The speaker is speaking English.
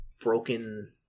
broken